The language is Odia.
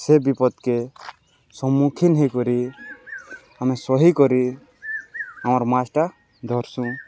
ସେ ବିପଦ୍କେ ସମ୍ମୁଖୀନ ହେଇକରି ଆମେ ସହିକରି ଆମର୍ ମାଛ୍ଟା ଧର୍ସୁଁ